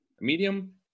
medium